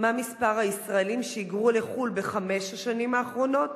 מהו מספר הישראלים שהיגרו לחו"ל בחמש השנים האחרונות?